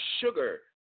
sugar